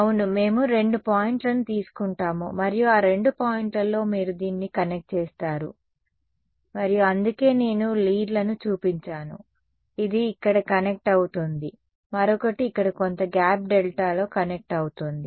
అవును మేము రెండు పాయింట్లను తీసుకుంటాము మరియు ఆ రెండు పాయింట్లలో మీరు దీన్ని కనెక్ట్ చేస్తారు మరియు అందుకే నేను లీడ్లను చూపించాను ఇది ఇక్కడ కనెక్ట్ అవుతోంది మరొకటి ఇక్కడ కొంత గ్యాప్ డెల్టాలో కనెక్ట్ అవుతోంది